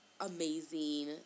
amazing